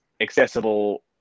accessible